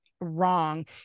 wrong